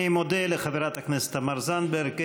אני מודה לחברת הכנסת תמר זנדברג.